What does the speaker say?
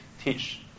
teach